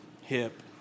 hip